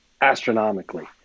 astronomically